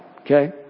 Okay